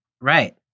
right